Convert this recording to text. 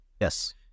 Yes